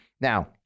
Now